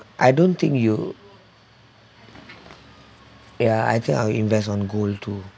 I don't think you ya I think I'll invest on gold too